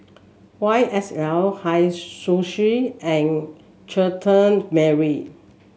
Y S L Hei Sushi and Chutney Mary